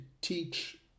teach